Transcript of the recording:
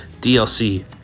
DLC